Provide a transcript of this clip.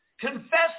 Confess